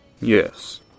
Yes